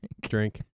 Drink